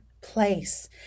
place